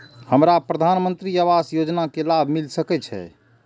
हमरा प्रधानमंत्री आवास योजना के लाभ मिल सके छे?